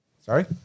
Sorry